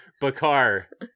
Bakar